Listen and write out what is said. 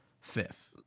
fifth